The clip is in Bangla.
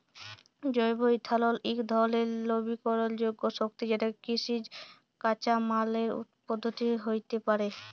জৈব ইথালল ইক ধরলের লবিকরলযোগ্য শক্তি যেটকে কিসিজ কাঁচামাললে উৎপাদিত হ্যইতে পারে